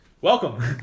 Welcome